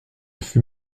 fut